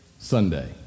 Sunday